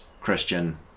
christian